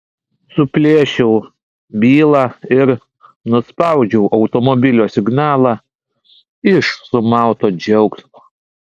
suplėšiau bylą ir nuspaudžiau automobilio signalą iš sumauto džiaugsmo